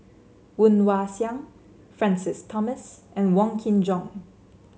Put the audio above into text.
Woon Wah Siang Francis Thomas and Wong Kin Jong